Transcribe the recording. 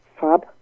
fab